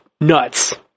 nuts